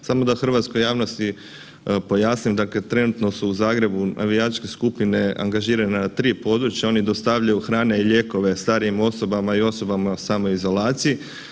Samo da hrvatskoj javnosti pojasnim, dakle trenutno su u Zagrebu navijačke skupine angažirane na 3 područja, oni dostavljaju hrane i lijekove starijima osobama i osobama u samoizolaciji.